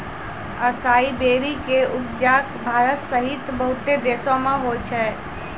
असाई berry के उपजा भारत सहित बहुते देशो मे होय छै